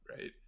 right